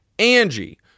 Angie